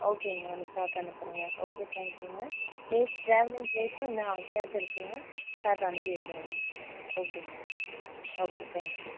ஓகேங்க அந்த சார்ட் அனுப்புகிறேங்க ஓகே தேங்க்யூங்க ப்ளேஸ் ட்ராவலிங் ப்ளேஸும் வேணா சார்ட் இருக்குங்க சார்ட் அனுப்பி வைக்கிறேங்க ஓகேங்க ஓகே தேங்க் யூ